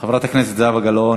חברת הכנסת זהבה גלאון,